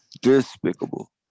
Despicable